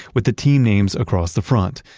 with the team names across the front.